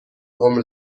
عمر